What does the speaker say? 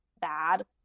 bad